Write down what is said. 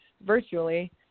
virtually